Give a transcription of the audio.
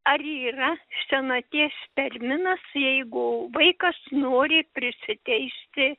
ar yra senaties terminas jeigu vaikas nori prisiteisti